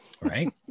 right